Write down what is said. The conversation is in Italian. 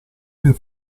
pier